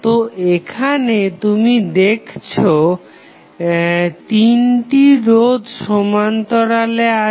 তো এখানে তুমি দেখছো 3 টি রোধ সমান্তরালে আছে